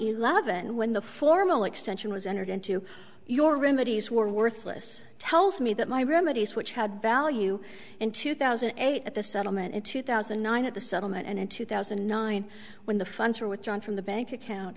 eleven when the formal extension was entered into your remedies were worthless tells me that my remedies which had value in two thousand and eight at the settlement in two thousand and nine at the settlement and in two thousand and nine when the funds were withdrawn from the bank account